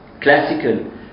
classical